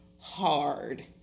hard